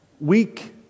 Weak